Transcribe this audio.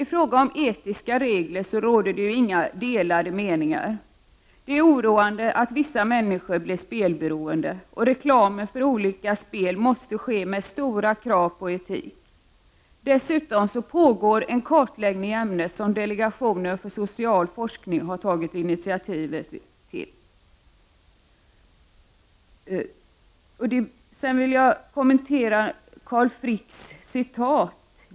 I fråga om etiska regler råder det inte delade meningar. Det är oroande att vissa människor blir spelberoende, och reklamen för olika spel måste ske med stora krav på etik. Dessutom pågår en kartläggning i ämnet som delegationen för social forskning har tagit initiativet till. Jag vill kommentera Carl Fricks citat.